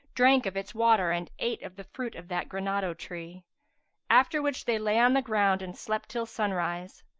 drank of its water and ate of the fruit of that granado-tree after which they lay on the ground and slept till sunrise,